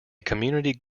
community